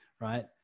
right